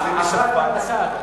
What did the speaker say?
בבקשה.